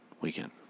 weekend